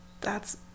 That's-